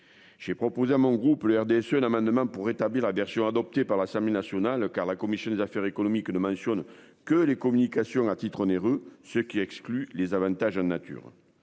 J'ai proposé à mon groupe RDSE amendement pour rétablir la version adoptée par l'Assemblée nationale car la commission des affaires économiques ne mentionne que les communications à titre onéreux, ce qui exclut les avantages à nature.